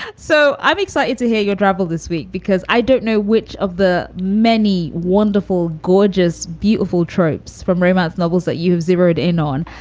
so i'm excited to hear your travel this week, because i don't know which of the many wonderful, gorgeous, beautiful tropes from romance novels that you've zeroed in on,